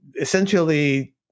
essentially